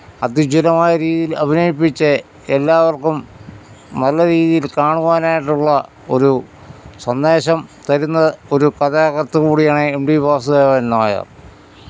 അത്യുജ്ജ്വലമായ രീതിയിൽ അഭിനയിപ്പിച്ച് എല്ലാവർക്കും നല്ല രീതിയിൽ കാണുവാൻ ആയിട്ടുള്ള ഒരു സന്ദേശം തരുന്ന ഒരു കഥാകൃത്ത് കൂടിയാണ് എം ടി വാസുദേവൻ നായർ